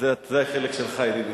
זה החלק שלך, ידידי.